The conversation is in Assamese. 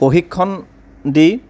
প্ৰশিক্ষণ দি